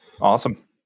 awesome